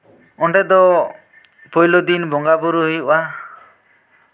ᱚᱸᱰᱮ ᱫᱚ ᱯᱳᱭᱞᱳ ᱫᱤᱱ ᱵᱚᱸᱜᱟ ᱵᱩᱨᱩ ᱦᱩᱭᱩᱜᱼᱟ